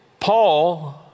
Paul